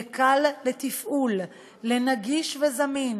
קל לתפעול, נגיש וזמין